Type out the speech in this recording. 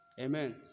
Amen